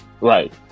right